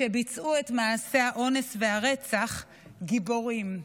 שביצעו את מעשי האונס והרצח "גיבורים".